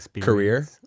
career